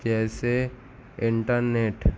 جیسے انٹرنیٹ